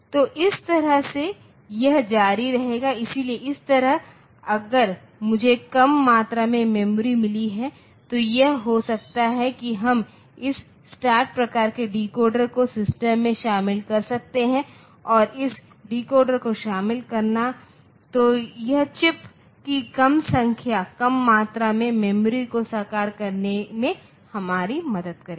तो इस तरह से यह जारी रहेगा इसलिए इस तरह अगर मुझे कम मात्रा में मेमोरी मिली है तो यह हो सकता है कि हम इस स्टार्ट प्रकार के डिकोडर को सिस्टम में शामिल कर सकते हैं और इस डिकोडर को शामिल करना तो यह चिप्स की कम संख्या कम मात्रा में मेमोरी को साकार करने में हमारी मदद करेगा